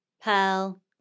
Pearl